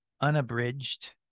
unabridged